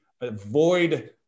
avoid